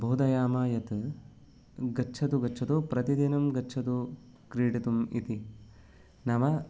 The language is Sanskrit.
बोधयामः यत् गच्छतु गच्छतु प्रतिदिनं गच्छतु क्रीडितुम् इति नाम